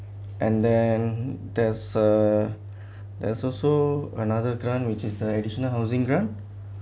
and then there's a there's also another grant which is an additional housing grant